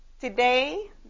today